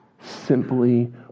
simply